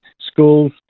schools